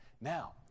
Now